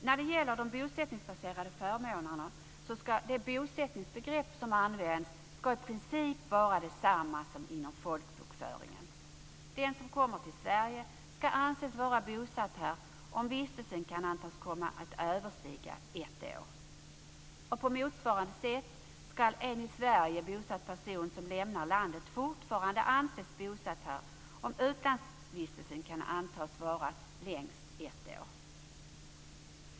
När det gäller de bosättningsbaserade förmånerna ska det bosättningsbegrepp som används i princip vara detsamma som inom folkbokföringen. Den som kommer till Sverige ska anses vara bosatt här, om vistelsen kan antas komma att överstiga ett år. På motsvarande sätt ska en i Sverige bosatt person som lämnar landet fortfarande anses bosatt här, om utlandsvistelsen kan antas vara längst ett år.